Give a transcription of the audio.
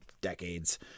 decades